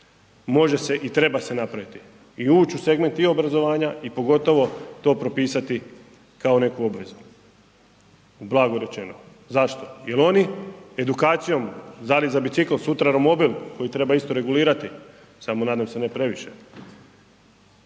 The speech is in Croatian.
može se i treba se napraviti i ući u segment i obrazovanja i pogotovo to propisati kao neku obvezu, blago rečeno. Zašto? Jer oni edukacijom za bicikl, sutra romobil koji treba isto regulirati, samo nadam se, ne previše,